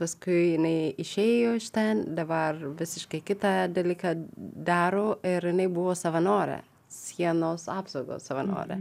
paskui jinai išėjo iš ten dabar visiškai kitą dalyką daro ir jinai buvo savanorė sienos apsaugos savanorė